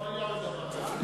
לא היה עוד דבר כזה.